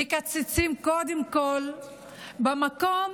ומקצצים קודם כול במקום